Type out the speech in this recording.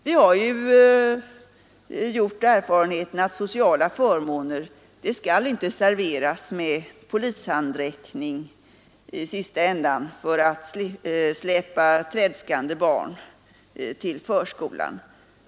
Vi har ju gjort erfarenheten att sociala förmåner inte skall serveras med polishandräckning i sista ändan, t.ex. för att släpa tredskande barn till förskolan.